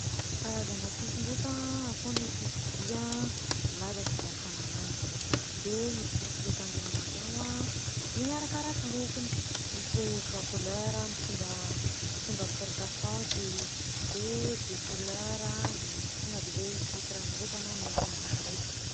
Karazana piso ndraika a: ao koa ny piso dia laza fizakana ananjy de misy piso le tandegnagna an-dragno a igny arakaraky lokony, misy hoe trois couleurs mitondra mitondra porte chance, de deux couleurs a, de misy tonga de fotsy ranoraika na mintina ranoraiky.